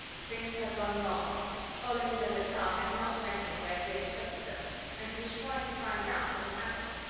things had gone wrong hollins and the car had not met him where he had expected them and he was trying to find out what had happened.